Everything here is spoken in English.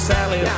Sally